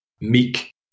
meek